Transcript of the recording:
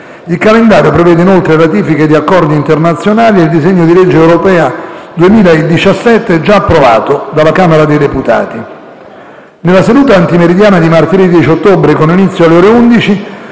Il calendario prevede inoltre ratifiche di accordi internazionali e il disegno di legge europea 2017, già approvato dalla Camera dei deputati. Nella seduta antimeridiana di martedì 10 ottobre, con inizio alle ore 11,